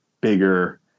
bigger